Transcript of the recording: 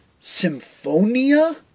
Symphonia